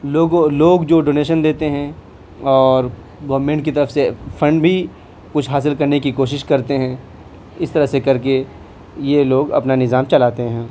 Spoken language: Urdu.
لوگ لوگ جو ڈونیش دیتے ہیں اور گورنمنٹ کی طرف سے فنڈ بھی کچھ حاصل کرنے کی کوشش کرتے ہیں اس طرح سے کر کے یہ لوگ اپنا نظام چلاتے ہیں